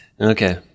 Okay